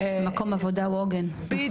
מקום עבודה הוא עוגן, נכון.